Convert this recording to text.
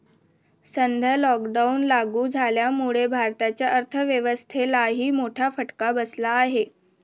सध्या लॉकडाऊन लागू झाल्यामुळे भारताच्या अर्थव्यवस्थेलाही मोठा फटका बसला आहे